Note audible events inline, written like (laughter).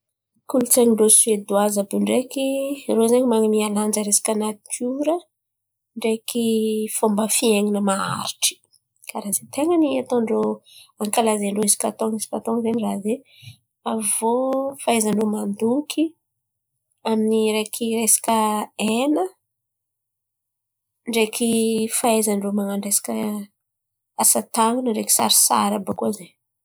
Kolontsain̈y ndrô Sedoaza àby io ndreky. (hesitation) Irô zen̈y man̈amia lanja resaka natiora ndreky fômba fiainan̈a maharitry karà zen̈y, ten̈a ny atôn-drô ankalaizan-drô isaka taôn̈o, isaka taôn̈o zen̈y raha zen̈y. Avô fahaizan-drô mandoky amin’ny areky resaka (hesitation) hena ndreky fahaizan-drô man̈ano resaka asa tan̈ana ndreky sary sary àby io koa zen̈y.